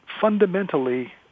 fundamentally